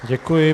Děkuji.